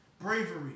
Bravery